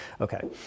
okay